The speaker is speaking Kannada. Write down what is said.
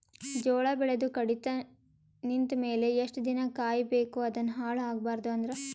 ಜೋಳ ಬೆಳೆದು ಕಡಿತ ನಿಂತ ಮೇಲೆ ಎಷ್ಟು ದಿನ ಕಾಯಿ ಬೇಕು ಅದನ್ನು ಹಾಳು ಆಗಬಾರದು ಅಂದ್ರ?